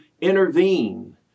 intervene